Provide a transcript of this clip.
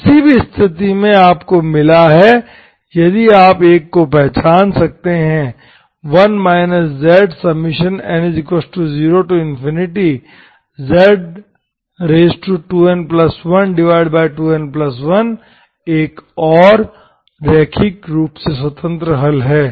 तो किसी भी स्तिथि में आपको मिला है यदि आप एक को पहचान सकते हैं 1 zn0z2n12n1 एक और रैखिक रूप से स्वतंत्र हल है